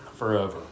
forever